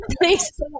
Please